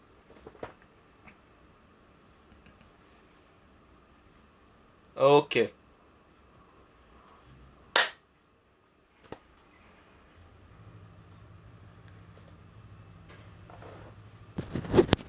okay